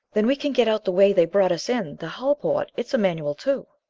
then we can get out the way they brought us in. the hull port it's a manual, too.